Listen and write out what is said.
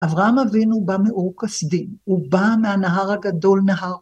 אברהם אבינו בא מאור קסדין, הוא בא מהנהר הגדול נהר.